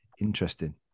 Interesting